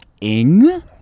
ing